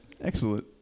Excellent